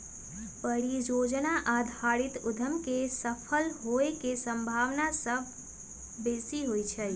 परिजोजना आधारित उद्यम के सफल होय के संभावना सभ बेशी होइ छइ